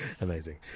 Amazing